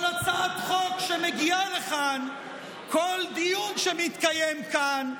כל הצעת חוק שמגיעה לכאן, כל דיון שמתקיים כאן,